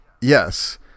Yes